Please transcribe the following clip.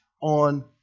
on